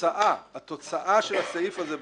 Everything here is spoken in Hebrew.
התוצאה של הסעיף הזה בחוק,